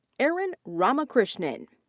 arun ramakrishnan.